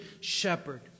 shepherd